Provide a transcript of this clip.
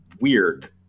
weird